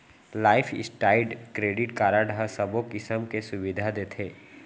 life style credit card ह सबो किसम के सुबिधा देथे